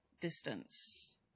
distance